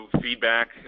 feedback